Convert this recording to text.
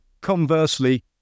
conversely